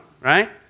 Right